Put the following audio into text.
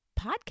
podcast